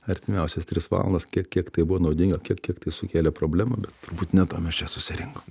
artimiausias tris valandas kiek kiek tai buvo naudinga kiek kiek tai sukėlė problemų bet turbūt ne to mes čia susirinkom